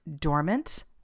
dormant